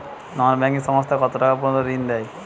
নন banking সংস্থা কতটাকা পর্যন্ত ঋণ দেয়?